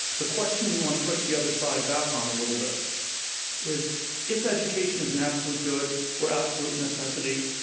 the question we want to push the other side back on a little bit is if education is an absolute good or absolute necessity,